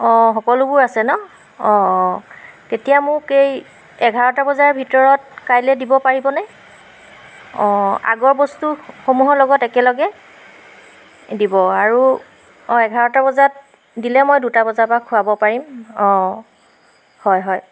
অঁ সকলোবোৰ আছে ন অঁ অঁ তেতিয়া মোক এই এঘাৰটা বজাৰ ভিতৰত কাইলৈ দিব পাৰিবনে অঁ আগৰ বস্তুসমূহৰ লগত একেলগে দিব আৰু অঁ এঘাৰটা বজাত দিলে মই দুটা বজাৰপৰা খোৱাব পাৰিম অঁ হয় হয়